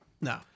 No